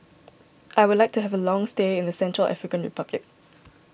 I would like to have a long stay in the Central African Republic